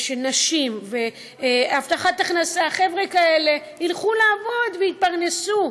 ושנשים וחבר'ה כאלה ילכו לעבוד ויתפרנסו.